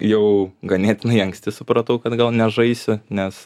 jau ganėtinai anksti supratau kad gal nežaisiu nes